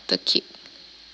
the cake